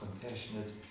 compassionate